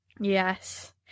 Yes